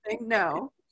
no